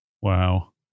Wow